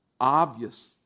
obvious